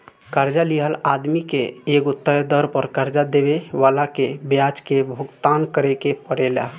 कर्जा लिहल आदमी के एगो तय दर पर कर्जा देवे वाला के ब्याज के भुगतान करेके परेला